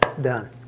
done